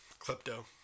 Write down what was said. Klepto